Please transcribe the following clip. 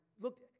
looked